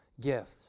gifts